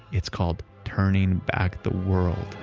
it's called, turning back the world.